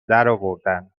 درآوردن